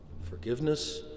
forgiveness